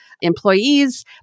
employees